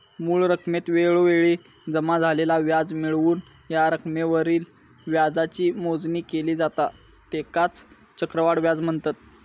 मूळ रकमेत वेळोवेळी जमा झालेला व्याज मिळवून या रकमेवरील व्याजाची मोजणी केली जाता त्येकाच चक्रवाढ व्याज म्हनतत